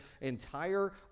entire